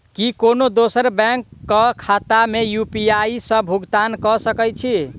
की कोनो दोसरो बैंक कऽ खाता मे यु.पी.आई सऽ भुगतान कऽ सकय छी?